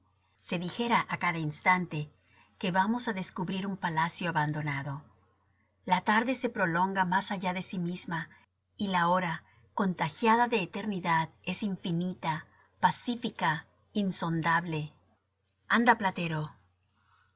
se dijera á cada instante que vamos á descubrir un palacio abandonado la tarde se prolonga más allá de sí misma y la hora contagiada de eternidad es infinita pacífica insondable anda platero